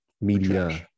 media